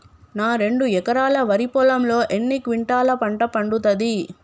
నా రెండు ఎకరాల వరి పొలంలో ఎన్ని క్వింటాలా పంట పండుతది?